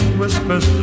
whispers